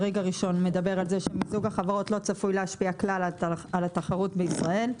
הראשון מדבר על זה שמיזוג החברות לא צפוי להשפיע כלל על התחרות בישראל.